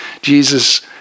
Jesus